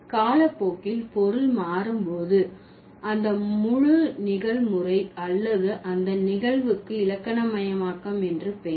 காலப்போக்கில் பொருள் மாறும் போது அந்த முழு நிகழ்முறை அல்லது அந்த நிகழ்வுக்கு இலக்கணமயமாக்கம் என்று பெயர்